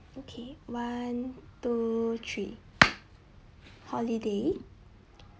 okay one two three holiday